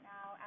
Now